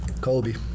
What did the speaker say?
Colby